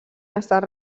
estat